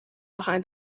behind